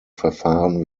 verfahren